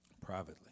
privately